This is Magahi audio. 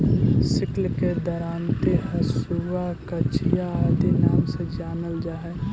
सिक्ल के दरांति, हँसुआ, कचिया आदि नाम से जानल जा हई